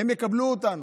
הם יקבלו אותנו,